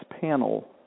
panel